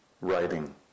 writing